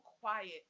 quiet